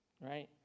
right